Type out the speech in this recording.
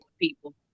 people